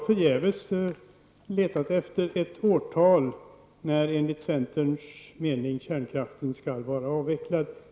Fru talman!